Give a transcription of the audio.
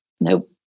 Nope